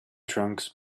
trunks